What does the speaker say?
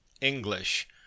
English